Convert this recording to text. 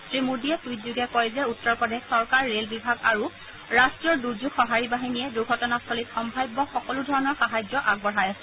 শ্ৰী মোডীয়ে টুইটযোগে কয় যে উত্তৰ প্ৰদেশ চৰকাৰ ৰেল বিভাগ আৰু ৰাট্টীয় দুৰ্যোগ সঁহাৰি বাহিনীয়ে দুৰ্ঘটনাস্থলীত সম্ভাব্য সকলোধৰণৰ সাহায্য আগবঢ়াই আছে